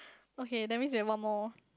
okay that's means we have one more